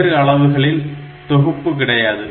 வேறு அளவுகளில் தொகுப்பு கிடையாது